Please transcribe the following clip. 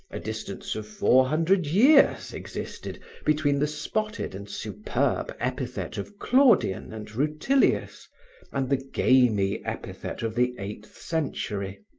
a distance of four hundred years existed between the spotted and superb epithet of claudian and rutilius and the gamy epithet of the eighth century.